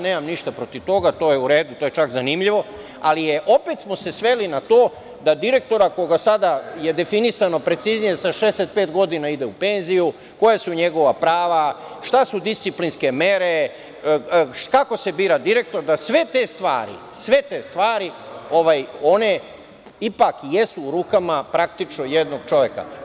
Nemam ništa protiv toga, to je u redu, to je čak zanimljivo, ali opet smo se sveli na to da direktor, ako je sada definisano, precizirano da sa 65 godina ide u penziju, koja su njegova prava, šta su disciplinske mere, kako se bira direktor, da sve te stvari one ipak jesu u rukama praktično jednog čoveka.